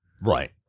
Right